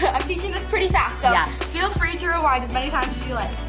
ah i'm teaching this pretty fast so ah feel free to rewind as many times as you like.